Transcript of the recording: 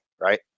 right